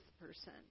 person